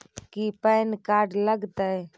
की pan card लग तै?